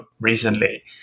recently